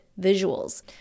visuals